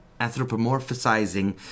anthropomorphizing